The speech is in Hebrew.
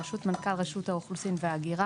בראשות מנכ״ל רשות האוכלוסין וההגירה